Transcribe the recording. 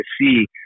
see